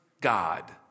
God